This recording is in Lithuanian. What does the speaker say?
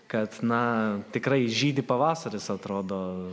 kad na tikrai žydi pavasaris atrodo